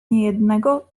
niejednego